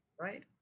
right